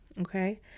Okay